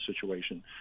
situation